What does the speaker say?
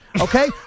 okay